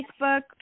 Facebook